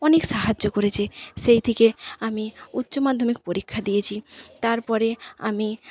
অনেক সাহায্য করেছে সেই থেকে আমি উচ্চমাধ্যমিক পরীক্ষা দিয়েছি তারপরে আমি